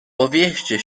powieście